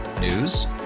News